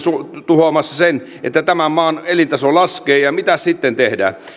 aiheuttamassa sen että tämän maan elintaso laskee ja mitäs sitten tehdään